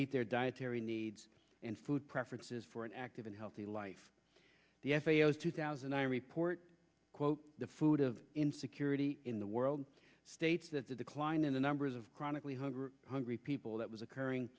meet their dietary needs and food preferences for an active and healthy life the f a s two thousand i report quote the food of insecurity in the world states that the decline in the numbers of chronically hungry hungry people that was occurring